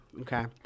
Okay